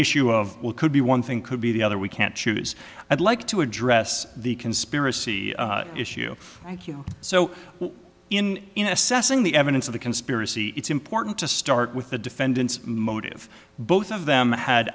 issue of well could be one thing could be the other we can't choose i'd like to address the conspiracy issue thank you so in in assessing the evidence of the conspiracy it's important to start with the defendant's motive both of them had